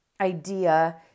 idea